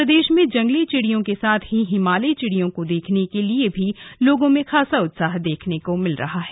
प्रदेश में जंगली चिड़ियों के साथ हिमालयी चिड़ियों को देखने के लिये लोगों में खासा उत्साह देखने को मिल रहा है